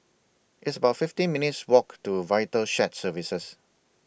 It's about fifteen minutes' Walk to Vital Shared Services